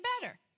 better